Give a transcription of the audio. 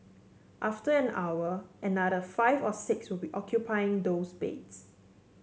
after an hour another five or six will be occupying those beds